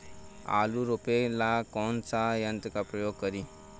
आलू रोपे ला कौन सा यंत्र का प्रयोग करी?